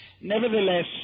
nevertheless